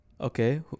Okay